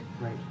Right